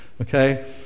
Okay